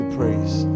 praise